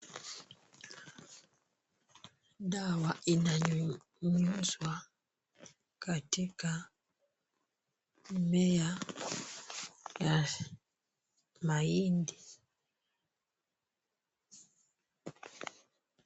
Dawa inanyunyizwa katika mimea ya mahindi.